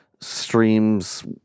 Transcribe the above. streams